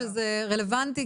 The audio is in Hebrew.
שזה רלוונטי,